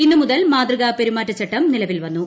ഇന്ന് മുതൽ മാതൃക്കുപ്പ് പെരുമാറ്റച്ചട്ടം നിലവിൽ വന്നു